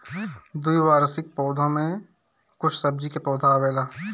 द्विवार्षिक पौधा में कुछ सब्जी के पौधा आवेला